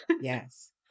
Yes